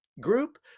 group